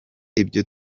ibyo